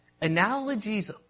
analogies